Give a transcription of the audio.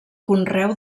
conreu